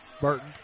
Burton